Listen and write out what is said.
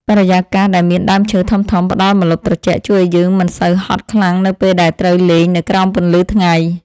បរិយាកាសដែលមានដើមឈើធំៗផ្ដល់ម្លប់ត្រជាក់ជួយឱ្យយើងមិនសូវហត់ខ្លាំងនៅពេលដែលត្រូវលេងនៅក្រោមពន្លឺថ្ងៃ។